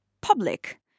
public